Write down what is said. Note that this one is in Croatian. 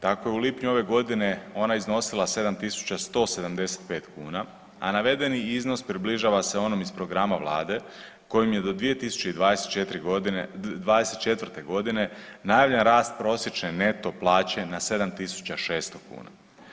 Tako je u lipnju ove godine ona iznosila 7.175 kuna, a navedeni iznos približava se onom iz programa vlade kojim je do 2024.g. najavljen rast prosječne neto plaće na 7.600 kuna.